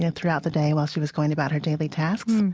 and throughout the day while she was going about her daily tasks.